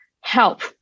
help